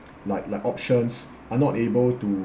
like like options are not able to